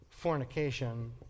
fornication